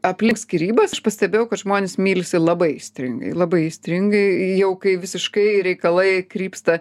aplink skyrybas aš pastebėjau kad žmonės mylisi labai aistringai labai aistringai jau kai visiškai reikalai krypsta